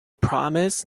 promise